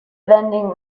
vending